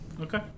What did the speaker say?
Okay